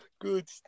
Good